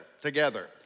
Together